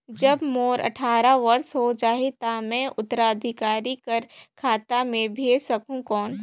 जब मोर अट्ठारह वर्ष हो जाहि ता मैं उत्तराधिकारी कर खाता मे भेज सकहुं कौन?